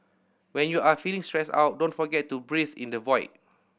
when you are feeling stressed out don't forget to breathe in the void